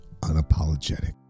unapologetic